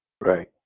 Right